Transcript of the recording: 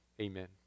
Amen